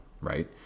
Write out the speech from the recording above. right